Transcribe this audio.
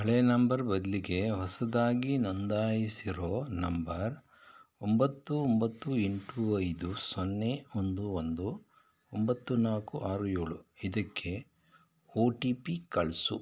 ಹಳೆ ನಂಬರ್ ಬದಲಿಗೆ ಹೊಸದಾಗಿ ನೋಂದಾಯಿಸಿರೊ ನಂಬರ್ ಒಂಬತ್ತು ಒಂಬತ್ತು ಎಂಟು ಐದು ಸೊನ್ನೆ ಒಂದು ಒಂದು ಒಂಬತ್ತು ನಾಲ್ಕು ಆರು ಏಳು ಇದಕ್ಕೆ ಒ ಟಿ ಪಿ ಕಳಿಸು